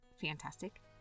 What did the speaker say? fantastic